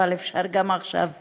אבל אפשר גם עכשיו להגיד: